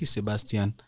Sebastian